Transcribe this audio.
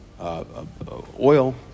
oil